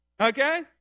Okay